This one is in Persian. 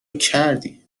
کردی